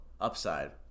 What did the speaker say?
upside